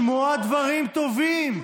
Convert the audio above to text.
אני מבין שקשה לכם לשמוע דברים טובים.